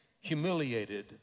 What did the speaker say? humiliated